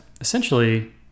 essentially